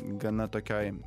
gana tokioj